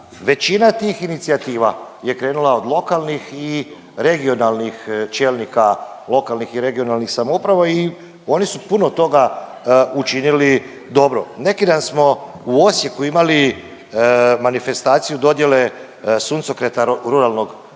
većina tih inicijativa je krenula od lokalnih i regionalnih čelnika lokalnih i regionalnih samouprave i oni su puno toga učinili dobro. Neki dan smo u Osijeku imali manifestaciju dodjele Suncokreta ruralnog